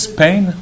Spain